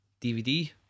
DVD